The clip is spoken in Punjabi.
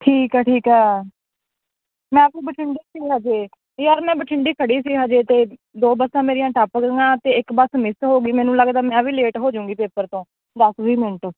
ਠੀਕ ਹੈ ਠੀਕ ਹੈ ਮੈਂ ਤਾਂ ਬਠਿੰਡੇ ਸੀ ਹਜੇ ਤੇ ਯਾਰ ਮੈਂ ਬਠਿੰਡੇ ਖੜੀ ਸੀ ਹਜੇ ਤੇ ਦੋ ਬੱਸਾਂ ਮੇਰੀਆਂ ਟੱਪ ਗਈਆਂ ਅਤੇ ਇੱਕ ਬੱਸ ਮਿਸ ਹੋ ਗਈ ਮੈਨੂੰ ਲੱਗਦਾ ਮੈਂ ਵੀ ਲੇਟ ਹੋ ਜਾਊਂਗੀ ਪੇਪਰ ਤੋਂ ਦਸ ਵੀਹ ਮਿੰਟ